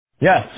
yes